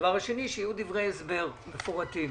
והדבר השני, שיהיו דברי הסבר מפורטים.